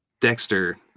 Dexter